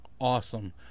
Awesome